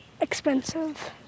expensive